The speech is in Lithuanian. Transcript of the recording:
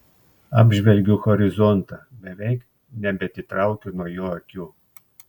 apžvelgiu horizontą beveik nebeatitraukiu nuo jo akių